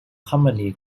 commonly